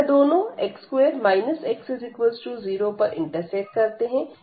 यह दोनों x2 x0 पर इंटरसेक्ट करते हैं